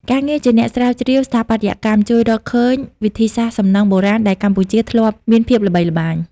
ការងារជាអ្នកស្រាវជ្រាវស្ថាបត្យកម្ម ជួយរកឃើញវិធីសាស្ត្រសំណង់បុរាណដែលកម្ពុជាធ្លាប់មានភាពល្បីល្បាញ។